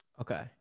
Okay